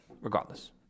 Regardless